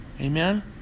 amen